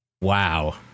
Wow